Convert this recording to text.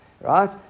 right